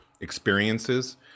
experiences